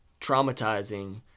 traumatizing